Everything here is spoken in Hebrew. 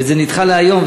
וזה נדחה להיום,